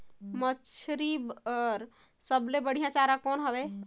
मछरी बर सबले बढ़िया चारा कौन हवय?